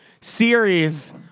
series